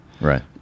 Right